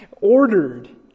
ordered